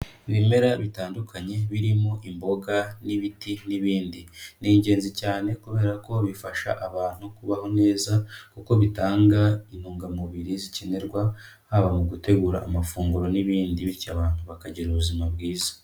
Ibimera bitandukanye birimo imboga n'ibiti n'ibindi. Ni ingenzi cyane kubera ko bifasha abantu kubaho neza kuko bitanga intungamubiri zikenerwa, haba mu gutegura amafunguro n'ibindi, bityo abantu bakagira ubuzima bwiza.